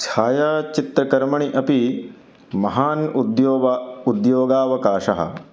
छायाचित्रकर्मणि अपि महान् उद्योगावकाशः